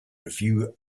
review